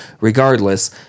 regardless